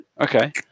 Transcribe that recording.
Okay